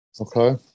okay